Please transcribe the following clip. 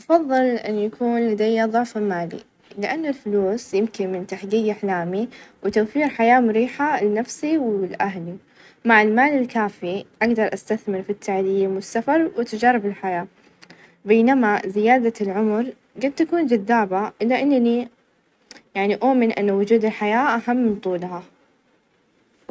أفظل إن يكون لدي ظعف مالي؛ لأن الفلوس يمكن من تحقيق أحلامي ،وتوفير حياة مريحة لنفسي ، ولأهلي، مع المال الكافي أقدر استثمر في التعليم ،والسفر، وتجارب الحياة، بينما زيادة العمر قد تكون جذابة إلا إنني يعني أؤمن إن وجود الحياة أهم من طولها.